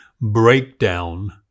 breakdown